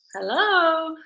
hello